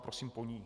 Prosím, po ní.